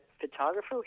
photographer